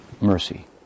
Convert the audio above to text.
mercy